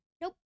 Nope